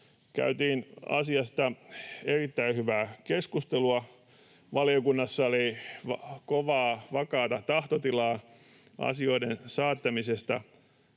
käytiin asiasta erittäin hyvää keskustelua. Valiokunnassa oli kovaa, vakaata tahtotilaa asioiden saattamisesta